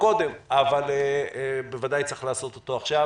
קודם אבל בוודאי צריך לעשות אותו עכשיו.